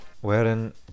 wherein